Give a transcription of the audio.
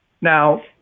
Now